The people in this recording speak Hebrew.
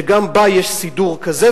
שגם בה יש סידור כזה,